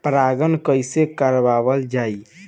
परागण कइसे करावल जाई?